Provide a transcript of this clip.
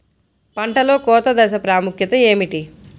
పంటలో కోత దశ ప్రాముఖ్యత ఏమిటి?